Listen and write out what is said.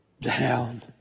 down